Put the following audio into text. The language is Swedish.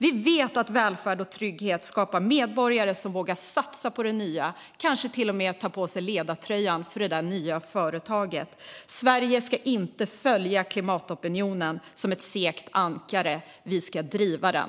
Vi vet att välfärd och trygghet skapar medborgare som vågar satsa på det nya, kanske till och med ta på sig ledartröjan för det där nya företaget. Sverige ska inte följa klimatopinionen som ett segt ankare. Vi ska driva den!